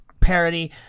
parody